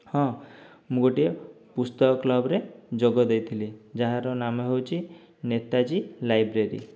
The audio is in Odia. ହଁ ମୁଁ ଗୋଟିଏ ପୁସ୍ତକ କ୍ଲବ୍ରେ ଯୋଗ ଦେଇଥିଲି ଯାହାର ନାମ ହେଉଛି ନେତାଜୀ ଲାଇବ୍ରେରୀ